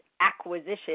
acquisition